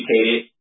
educated